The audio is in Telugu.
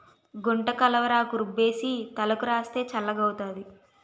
గుంటకలవరాకు రుబ్బేసి తలకు రాస్తే చల్లగౌతాది